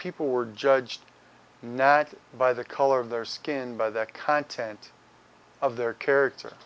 people were judged net by the color of their skin by that content of their character